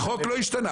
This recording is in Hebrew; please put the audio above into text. החוק לא השתנה.